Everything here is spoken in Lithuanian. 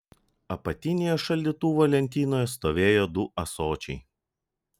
apatinėje šaldytuvo lentynoje stovėjo du ąsočiai